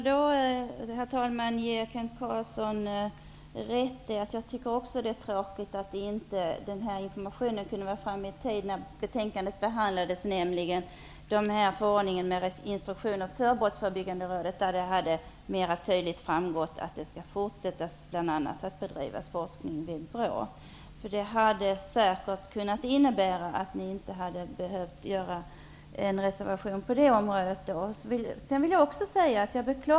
Herr talman! Jag får ge Kent Carlsson rätt på en punkt. Jag tycker också att det är tråkigt att denna information inte kom fram i tid, när betänkandet behandlades. Det gäller alltså förordningen med instruktion för Brottsförebyggandet rådet. Där framgår mera tydligt bl.a. att forskning även i fortsättningen skall bedrivas av BRÅ. Det hade säkert kunnat innebära att ni inte hade behövt reservera er på det området.